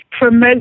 promote